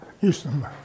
Houston